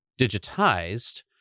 digitized